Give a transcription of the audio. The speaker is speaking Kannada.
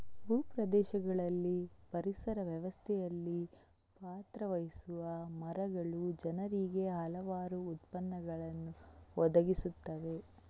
ಭೂ ಪ್ರದೇಶಗಳಲ್ಲಿ ಪರಿಸರ ವ್ಯವಸ್ಥೆಯಲ್ಲಿ ಪಾತ್ರ ವಹಿಸುವ ಮರಗಳು ಜನರಿಗೆ ಹಲವಾರು ಉತ್ಪನ್ನಗಳನ್ನು ಒದಗಿಸುತ್ತವೆ